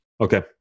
Okay